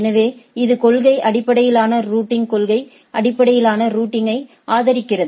எனவே இது கொள்கை அடிப்படையிலான ரூட்டிங் கொள்கை அடிப்படையிலான ரூட்டிங்யை ஆதரிக்கிறது